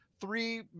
Three